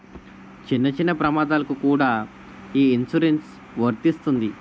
చిన్న చిన్న ప్రమాదాలకు కూడా ఈ ఇన్సురెన్సు వర్తిస్తుంది